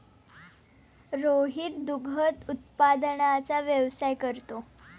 रोहित दुग्ध उत्पादनाचा व्यवसाय करतो